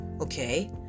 okay